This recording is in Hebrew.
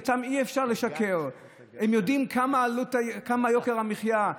להם אי-אפשר לשקר: הם יודעים כמה יוקר המחיה,